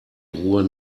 ruhe